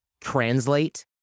translate